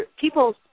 people